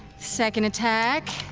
second attack,